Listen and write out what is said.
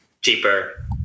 cheaper